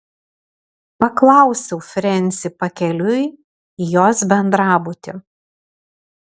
paklausiau frensį pakeliui į jos bendrabutį